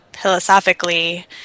philosophically